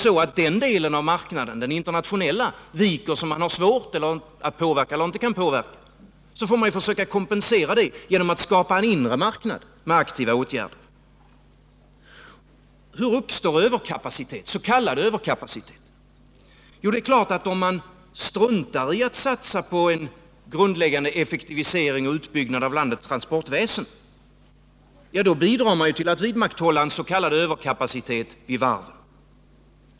Viker den internationella marknaden, som man har svårt att påverka eller inte alls kan påverka, får man försöka kompensera det genom att skapa en inre marknad genom aktiva åtgärder. Hur uppstår då s.k. överkapacitet? Jo, det är klart att om man struntar i att satsa på grundläggande effektivisering och utbyggnad av landets transportväsen, bidrar man till att vidmakthålla en s.k. överkapacitet i varven.